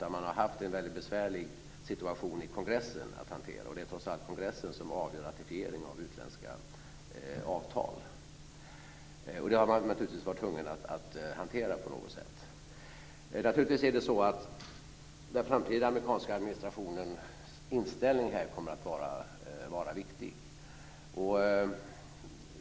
Man har haft en besvärlig situation att hantera i kongressen, och det är trots allt kongressen som avgör ratificering av utländska avtal. Det har man naturligtvis varit tvungen att hantera på något sätt. Den framtida amerikanska administrationens inställning kommer naturligtvis att vara viktig.